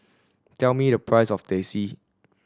tell me the price of Teh C